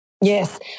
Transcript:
Yes